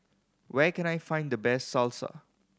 where can I find the best Salsa